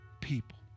people